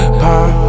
pop